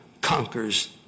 conquers